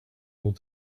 able